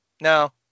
No